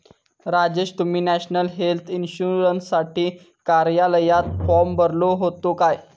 राजेश, तुम्ही national health इन्शुरन्ससाठी कार्यालयात फॉर्म भरलो होतो काय?